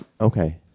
Okay